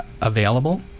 available